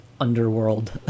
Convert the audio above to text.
underworld